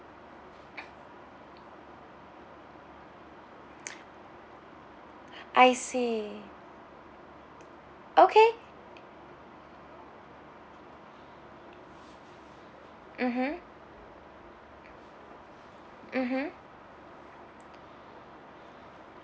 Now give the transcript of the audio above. I see okay mmhmm mmhmm